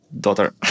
daughter